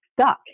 stuck